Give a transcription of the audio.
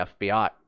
FBI